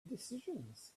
decisions